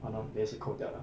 !hannor! 也是扣掉了